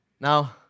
Now